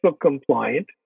compliant